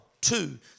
two